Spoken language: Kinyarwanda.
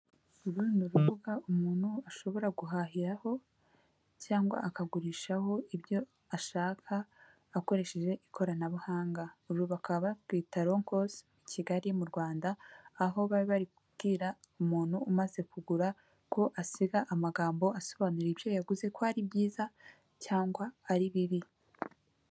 Uru ni urubuga umuntu ashobora guhahiraho cyangwa akagurishaho ibyo ashaka akoresheje ikoranabuhanga, uru baka bakwita ronkosi Kigali mu Rwanda aho baba bari kubwira umuntu umaze kugura ko asiga amagambo asobanura ibyo yavuzeze ko ari byiza cyangwa ari bibi.